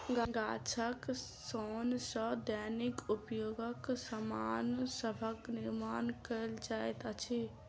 गाछक सोन सॅ दैनिक उपयोगक सामान सभक निर्माण कयल जाइत अछि